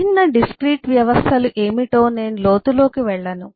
విభిన్నడిస్క్రీట్ వ్యవస్థలు ఏమిటో నేను లోతులోకి వెళ్ళను